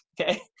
okay